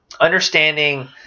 Understanding